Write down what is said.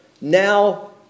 now